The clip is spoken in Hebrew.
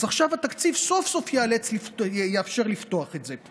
אז עכשיו התקציב סוף-סוף יאפשר לפתוח את זה.